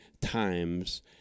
times